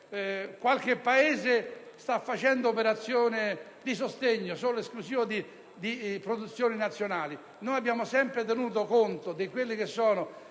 Qualche Paese sta facendo operazioni di sostegno esclusivo delle produzioni nazionali: noi abbiamo sempre tenuto conto dei processi